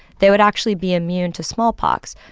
they would actually be immune to smallpox.